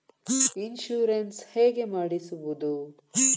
Insurance ಹೇಗೆ ಮಾಡಿಸುವುದು?